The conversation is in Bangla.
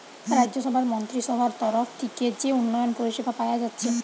রাজ্যসভার মন্ত্রীসভার তরফ থিকে যে উন্নয়ন পরিষেবা পায়া যাচ্ছে